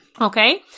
Okay